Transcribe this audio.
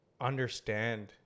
understand